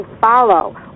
follow